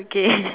okay